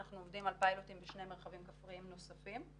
אנחנו עובדים על פיילוטים בשני מרחבים כפריים נוספים.